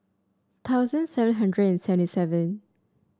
seven hundred and seventy seven